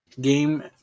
game